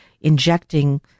injecting